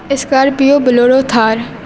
scorpio bolero Thar